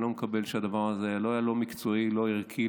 אני לא מקבל שהדבר הזה היה לא מקצועי, לא ערכי.